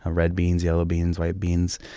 um red beans, yellow beans, white beans.